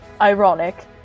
ironic